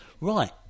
Right